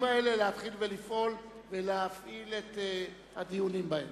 האלה להתחיל לפעול ולהפעיל את הדיונים בהן.